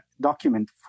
document